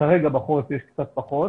כרגע בחורף יש קצת פחות.